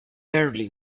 early